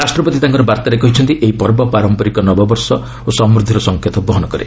ରାଷ୍ଟ୍ରପତି ତାଙ୍କର ବାର୍ତ୍ତାରେ କହିଛନ୍ତି ଏହି ପର୍ବ ପାରମ୍ପରିକ ନବବର୍ଷ ଓ ସମୃଦ୍ଧିର ସଂକେତ ବହନ କରେ